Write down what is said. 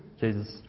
Jesus